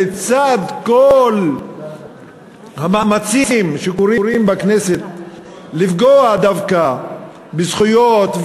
לצד כל המאמצים שקורים בכנסת לפגוע דווקא בזכויות,